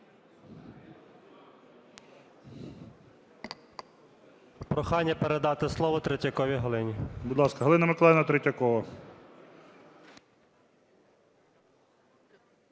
Прохання передати слово Третьяковій Галині. ГОЛОВУЮЧИЙ. Будь ласка, Галина Миколаївна Третьякова.